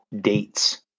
dates